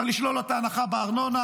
צריך לשלול לו את ההנחה בארנונה,